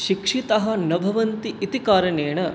शिक्षितः न भवन्ति इति कारणेन